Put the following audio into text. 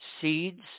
seeds